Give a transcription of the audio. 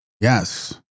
Yes